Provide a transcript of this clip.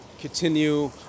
continue